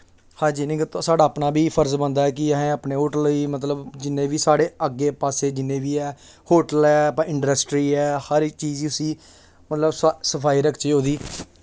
hygienic साढ़ा अपना बी फर्ज बनदा ऐ कि असें अपने होटल ई जि'न्ने बी ऐ मतलब साढ़े अग्गें आसै पासे जि'न्ने बी ऐ होटल ऐ इंडस्ट्री ऐ हर चीज उसी मतलब सफाई रखचै ओह्दी